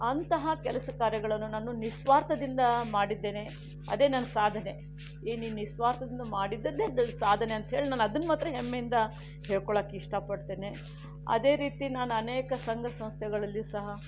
ಅಂತಹ ಕೆಲಸ ಕಾರ್ಯಗಳನ್ನು ನಾನು ನಿಸ್ವಾರ್ಥದಿಂದ ಮಾಡಿದ್ದೇನೆ ಅದೇ ನನ್ನ ಸಾಧನೆ ಈ ನೀ ನಿಸ್ವಾರ್ಥದಿಂದ ಮಾಡಿದ್ದೇ ದೊಡ್ಡ ಸಾಧನೆ ಅಂತ ಹೇಳಿ ನಾನು ಅದನ್ನು ಮಾತ್ರ ಹೆಮ್ಮೆಯಿಂದ ಹೇಳ್ಕೊಳ್ಳೋಕೆ ಇಷ್ಟಪಡ್ತೇನೆ ಅದೇ ರೀತಿ ನಾನು ಅನೇಕ ಸಂಘ ಸಂಸ್ಥೆಗಳಲ್ಲಿಯೂ ಸಹ